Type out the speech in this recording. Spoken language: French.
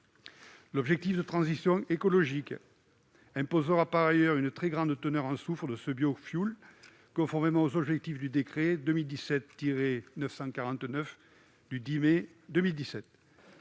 L'objectif de transition écologique imposera par ailleurs une très basse teneur en soufre de ce biofioul, conformément aux objectifs du décret n° 2017-949 du 10 mai 2017.